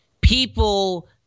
People